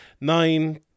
nine